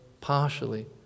partially